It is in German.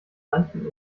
manchen